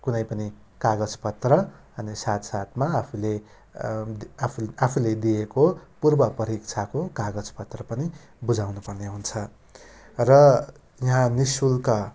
कुनै पनि कागजपत्र अनि साथ साथमा आफूले आफू आफूले दिएको पूर्व परीक्षाको कागजपत्र पनि बुझाउनपर्ने हुन्छ र यहाँ निःशुल्क